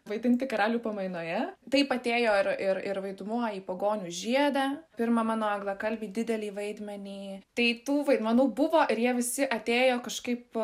vaidinti karalių pamainoje taip atėjo ir ir ir vaidmuo į pagonių žiedą pirmą mano anglakalbį didelį vaidmenį tai tų vaidmenų buvo ir jie visi atėjo kažkaip